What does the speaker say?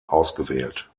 ausgewählt